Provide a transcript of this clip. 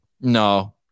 No